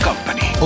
Company